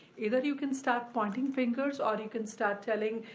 either you can stop pointing fingers or you can start telling,